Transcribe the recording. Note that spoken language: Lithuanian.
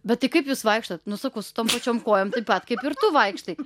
bet tai kaip jūs vaikštot nu sakau su tom pačiom kojom taip pat kaip ir tu vaikštai